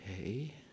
Okay